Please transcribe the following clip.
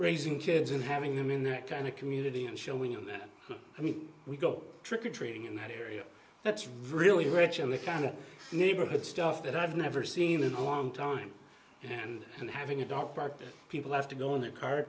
raising kids and having them in that kind of community and show we know that i mean we go trick or treating in that area that's really rich and the kind of neighborhood stuff that i've never seen in a long time and and having a dog people have to go in their car